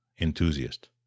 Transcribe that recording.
enthusiast